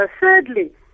Thirdly